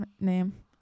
name